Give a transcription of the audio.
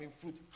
fruit